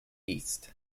east